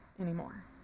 anymore